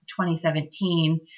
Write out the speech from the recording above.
2017